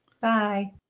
Bye